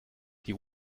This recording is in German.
die